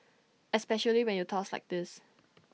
especially when you toss like this